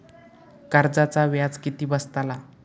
कर्जाचा व्याज किती बसतला?